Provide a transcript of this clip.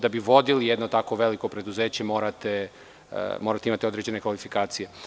Da bi vodili jedno tako veliko preduzeće, morate da imate određene kvalifikacije.